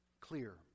clear